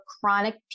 chronic